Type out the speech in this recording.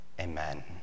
Amen